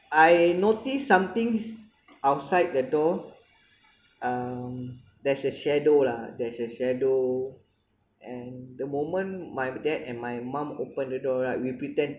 I noticed something's outside the door um there's a shadow lah there's a shadow and the moment my dad and my mum opened the door right we pretend